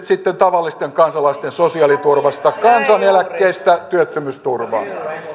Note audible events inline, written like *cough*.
*unintelligible* sitten tavallisten kansalaisten sosiaaliturvasta kansaneläkkeistä työttömyysturvasta